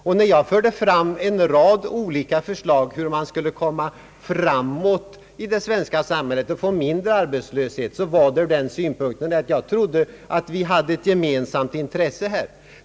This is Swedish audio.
Och när jag förde fram en rad olika förslag om hur man skulle komma framåt i det svenska samhället och få mindre arbetslöshet, så var det ur den synpunkten att jag trodde att vi hade ett gemensamt intresse på denna punkt.